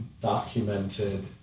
documented